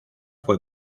fue